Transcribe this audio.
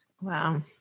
Wow